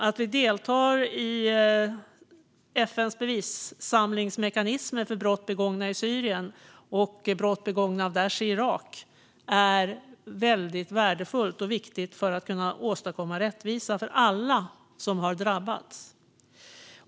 Att vi deltar i FN:s bevissamlingsmekanism för brott begångna i Syrien och brott begångna av Daish i Irak är värdefullt och viktigt för att kunna åstadkomma rättvisa för alla som har drabbats.